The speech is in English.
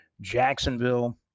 Jacksonville